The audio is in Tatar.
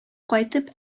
кайтып